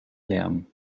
lärm